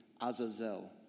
Azazel